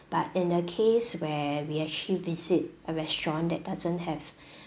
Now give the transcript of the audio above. but in the case where we actually visit a restaurant that doesn't have